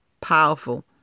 powerful